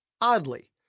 Oddly